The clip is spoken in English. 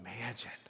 imagine